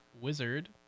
wizard